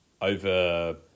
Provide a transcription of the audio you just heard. over